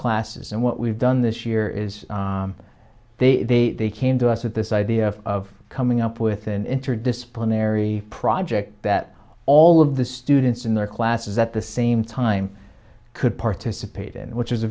classes and what we've done this year is they came to us at this idea of coming up with an interdisciplinary project that all of the students in their classes at the same time could participate in which